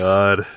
God